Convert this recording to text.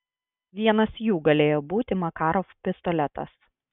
vienas jų galėjo būti makarov pistoletas